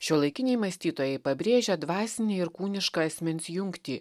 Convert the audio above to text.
šiuolaikiniai mąstytojai pabrėžia dvasinę ir kūnišką asmens jungtį